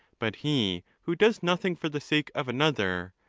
but he who does nothing for the sake of another,